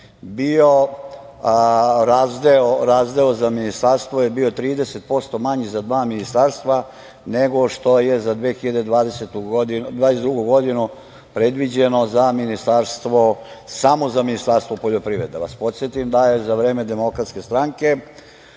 razdeo za ministarstvo je bio 30% manji za dva ministarstva nego što je za 2022. godinu predviđeno samo za Ministarstvo poljoprivrede. Da vas podsetim da je za vreme Demokratske stranke,